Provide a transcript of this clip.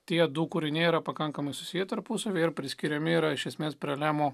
tie du kūriniai yra pakankamai susiję tarpusavy ir priskiriami yra iš esmės prie lemo